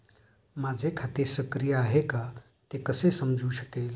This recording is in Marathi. माझे खाते सक्रिय आहे का ते कसे समजू शकेल?